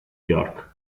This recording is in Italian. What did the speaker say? york